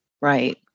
Right